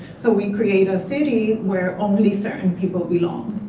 so we create a city where only certain people belong.